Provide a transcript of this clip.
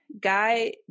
Guy